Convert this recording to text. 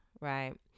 right